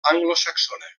anglosaxona